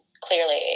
clearly